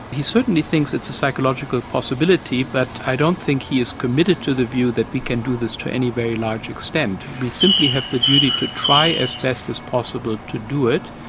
he certainly thinks it's a psychological possibility, but i don't think he is committed to the view that we can do this to any very large extent. we simply have the duty to try as best as possible to do it,